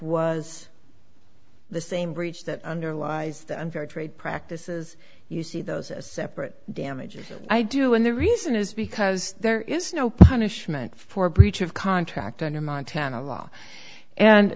was the same breach that underlies the very trade practices you see those as separate damages i do and the reason is because there is no punishment for breach of contract under montana law and